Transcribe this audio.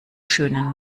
schönen